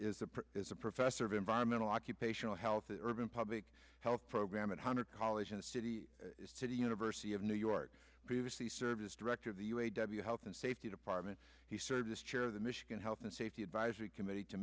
is a is a professor of environmental occupational health and urban public health program at hunter college in the city to the university of new york previously served as director of the u a w health and safety department he served this year the michigan health and safety advisory committee to